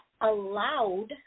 allowed